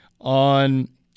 on